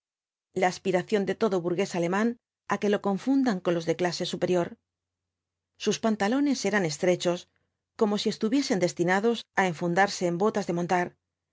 la aspiración de todo burgués alemán á que lo confundan con los de clase superior sus pantalones eran estrechos como si estuviesen destinados á enfundarse en botas de montar